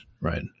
right